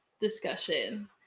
discussion